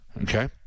Okay